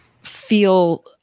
feel